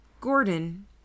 Gordon